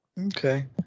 Okay